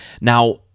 Now